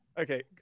Okay